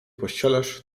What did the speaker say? pościelesz